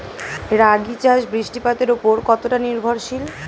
রাগী চাষ বৃষ্টিপাতের ওপর কতটা নির্ভরশীল?